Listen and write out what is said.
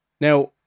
Now